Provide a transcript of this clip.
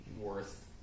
worth